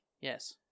Yes